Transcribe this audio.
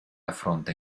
affronta